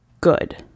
Good